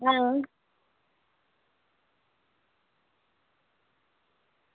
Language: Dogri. हां